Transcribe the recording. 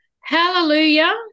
hallelujah